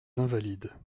invalides